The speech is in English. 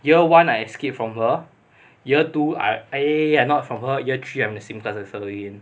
year one I escaped from her year two I eh I not from her year three I'm the same class as her again